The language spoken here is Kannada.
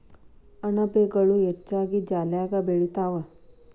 ಅಣಬೆಗಳು ಹೆಚ್ಚಾಗಿ ಜಾಲ್ಯಾಗ ಬೆಳಿತಾವ